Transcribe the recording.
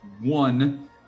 one